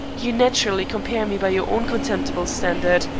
you naturally compare me by your own contemptible standard.